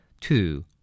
Two